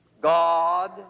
God